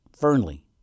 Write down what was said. Fernley